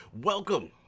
Welcome